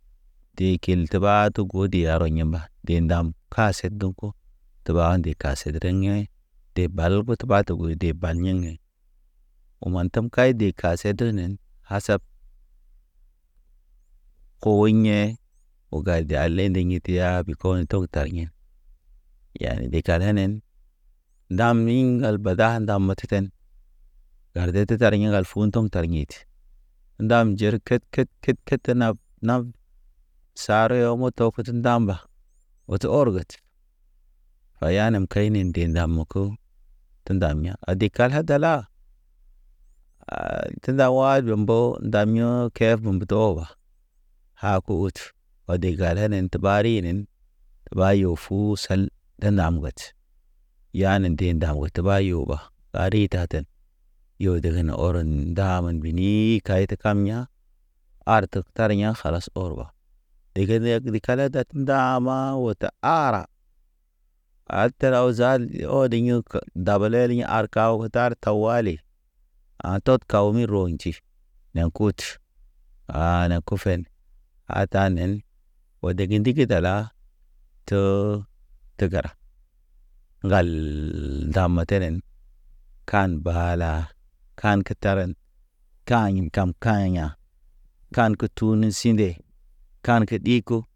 De kil te ɓa togu de arɔ yema de ndam kase do̰ko, tuba nde kasere dreyḛ. De ɓal but ɓa to god de bal yḛŋ, uman tem kay de kase drenen, hasab, koho yḛ ogay de alendi ye te yabe kɔ ye tɔg tar yḛ. Yani de kalenen, ndam mi ŋgal bada ndam matekan. Garde te tar ɲiŋgal futum tar yḛt. Ndam jer ked ked ked ked nap, nap, sarɔ yɔ moto ket ndamba, oto ɔrget. Waya nem kaynen nde nda moko, te ndam ya ade kala dala? A tenda wa nde mbo, ndam ye kefem doɓa, ha ko hut wa de galenen te ɓarinen, ɓayo fu sal de nam get. Yane nde ndam ot ɓa yo ɓa, ɓari taten. Yo degen ɔrɔn nda man bini kay te kam ya, ar tek tar ya̰ kalas ɔr ɓa. Ɗege ni yag ɗig kale ɗad ndaama ot ara, Al teraw zal ɔdiŋ ye ke dabe rḭ arkaw ge tar tawali, a̰ tot kaw mi rɔnji, ni ya̰ kotʃ. Ha na kofen, ha tanen o dege ndigi dala to tegara, ŋgal ndam a tenen. Kan baala kan ke taren, kaɲim kam kaɲa, kan ke tunu sinde, kanke ɗiko.